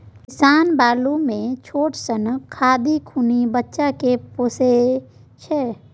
किसान बालु मे छोट सनक खाधि खुनि बच्चा केँ पोसय छै